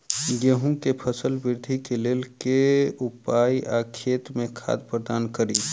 गेंहूँ केँ फसल वृद्धि केँ लेल केँ उपाय आ खेत मे खाद प्रदान कड़ी?